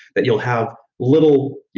that you'll have little